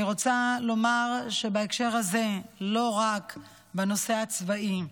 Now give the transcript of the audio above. אני רוצה לומר שבהקשר הזה, לא רק בנושא הצבאי,